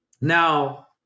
Now